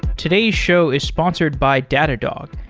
today's show is sponsored by datadog,